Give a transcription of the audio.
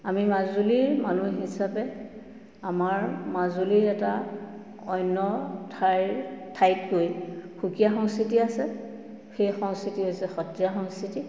আমি মাজুলীৰ মানুহ হিচাপে আমাৰ মাজুলীৰ এটা অন্য ঠাইৰ ঠাইতকৈ সুকীয়া সংস্কৃতি আছে সেই সংস্কৃতি হৈছে সত্ৰীয়া সংস্কৃতি